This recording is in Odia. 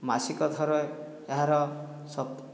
ମାସିକ ଥରେ ଏହାର ସଫ